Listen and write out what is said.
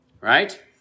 right